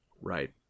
Right